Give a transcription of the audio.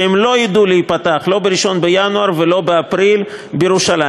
שהם לא ידעו להיפתח לא ב-1 בינואר ולא באפריל בירושלים.